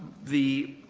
the